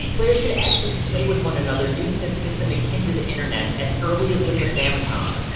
players could actually play with one another using a system akin to the internet as early as with the famicom.